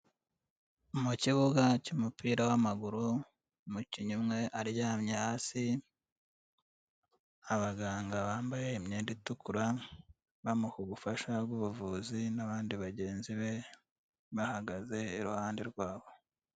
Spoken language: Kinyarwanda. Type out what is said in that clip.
Mu kibuga cy'umupira w'amaguru, umukinnyi umwe aryamye hasi, abaganga bambaye imyenda itukura bamuha ubufasha bw'ubuvuzi n'abandi bagenzi be bahagaze iruhande rwabo.